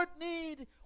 need